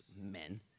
men